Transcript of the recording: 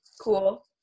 Cool